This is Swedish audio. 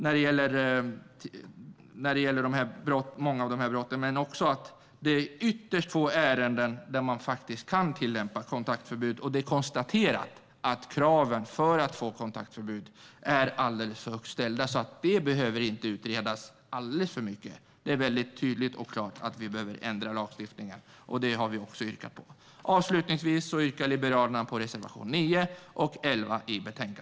När det gäller många av de här brotten är det ytterst få ärenden där kontaktförbud kan tillämpas. Det är konstaterat att kraven för kontaktförbud är alldeles för högt ställda. Det behöver alltså inte utredas för mycket. Det är tydligt och klart att vi behöver ändra lagstiftningen. Det har vi också yrkat bifall till. Avslutningsvis yrkar Liberalerna bifall till reservationerna 9 och 11.